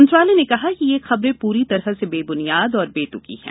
मंत्रालय ने कहा कि ये खबरे पूरी तरह बेबुनियाद और बेतुकी हैं